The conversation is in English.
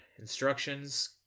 instructions